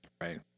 Right